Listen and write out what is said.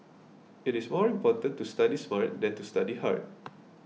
it is more important to study smart than to study hard